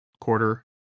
quarter